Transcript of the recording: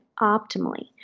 optimally